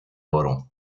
oro